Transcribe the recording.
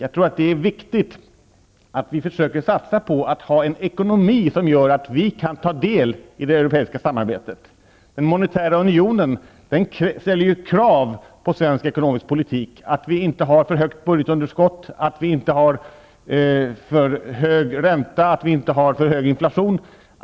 Jag tror att det är viktigt att satsa på en ekonomi som gör det möjligt för oss att ta del i det europeiska samarbetet. Den monetära unionen ställer krav på svensk ekonomisk politik: att vi inte har för högt budgetunderskott, att vi inte har för hög ränta, att vi inte har för hög inflation.